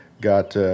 got